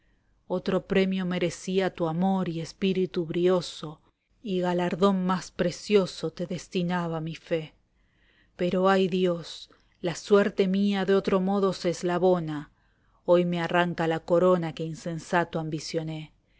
otro premio merecía tu amor y espíritu brioso y galardón más precioso te destinaba mi fe pero ay dios la suerte mía de otro modo se eslabona hoy me arrancan la corona que insensato ambicioné